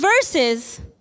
verses